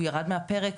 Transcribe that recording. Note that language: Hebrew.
הוא ירד מהפרק,